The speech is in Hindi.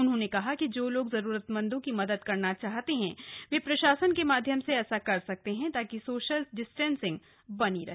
उन्होंने कहा कि जो लोग जरूरतमंदों की मदद करना चाहते हैं वो प्रशासन के माध्यम से ऐसा कर सकते हैं ताकि सोशल डिस्टेंसिंग बनी रहे